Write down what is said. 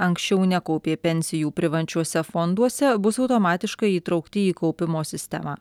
anksčiau nekaupė pensijų privačiuose fonduose bus automatiškai įtraukti į kaupimo sistemą